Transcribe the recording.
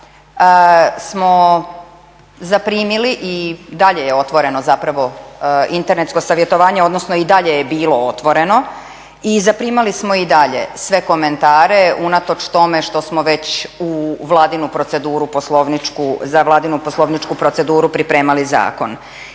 smo zaprimili i dalje je otvoreno zapravo internetsko savjetovanje, odnosno i dalje je bilo otvoreno i zaprimali smo i dalje sve komentare unatoč tome što smo već u vladinu proceduru poslovničku,